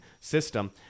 system